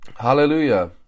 Hallelujah